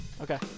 Okay